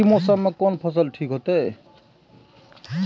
ई मौसम में कोन फसल ठीक होते?